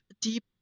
deep